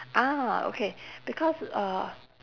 ah okay because uh